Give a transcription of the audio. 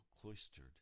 cloistered